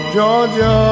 Georgia